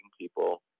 people